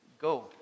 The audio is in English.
go